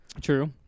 True